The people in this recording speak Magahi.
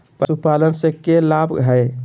पशुपालन से के लाभ हय?